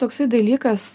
toksai dalykas